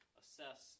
assess